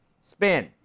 Spin